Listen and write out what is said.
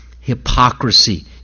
hypocrisy